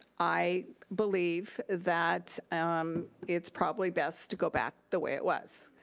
i believe that um it's probably best to go back the way it was.